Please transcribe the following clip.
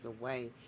away